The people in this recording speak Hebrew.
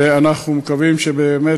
ואנחנו מקווים שבאמת,